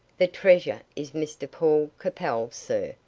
the treasure is mr paul capel's, sir,